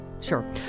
Sure